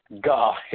God